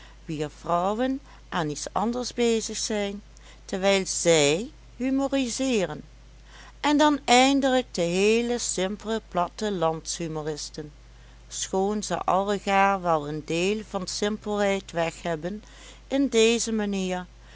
wier vrouwen aan iets anders bezig zijn terwijl zij humoriseeren en dan eindelijk de heele simpele plattelands humoristen schoon ze allegaar wel een deel van simpelheid weg hebben in deze manier